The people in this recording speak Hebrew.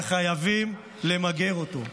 וחייבים למגר אותו.